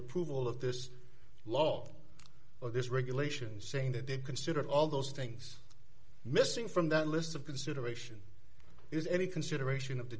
approval of this law or this regulation saying that they considered all those things missing from that list of consideration is any consideration of the